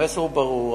המסר הוא ברור.